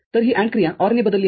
तर ही AND क्रिया OR ने बदलली आहे